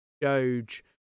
Doge